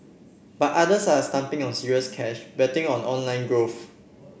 but others are stumping on serious cash betting on online growth